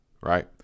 right